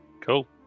cool